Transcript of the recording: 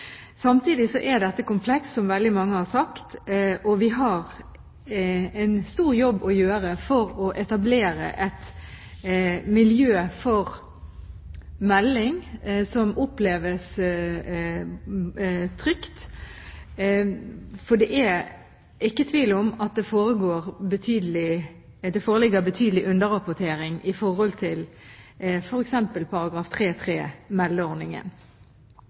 Samtidig er dette komplekst, som veldig mange har sagt, og vi har en stor jobb å gjøre med å etablere et miljø for melding som oppleves trygt. For det er ikke tvil om at det foreligger en betydelig underrapportering i tilknytning til f.eks. § 3-3, om meldeordningen.